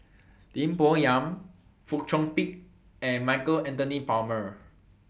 Lim Bo Yam Fong Chong Pik and Michael Anthony Palmer